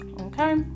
okay